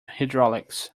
hydraulics